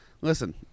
Listen